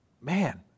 man